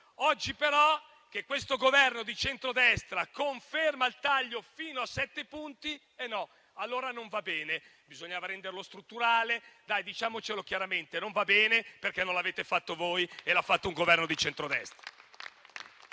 Oggi, però, che questo Governo di centrodestra conferma il taglio fino a sette punti, allora no, non va bene, bisognava renderlo strutturale. Diciamocelo chiaramente: non va bene perché non l'avete fatto voi e l'ha fatto un Governo di centrodestra.